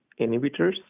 inhibitors